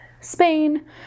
Spain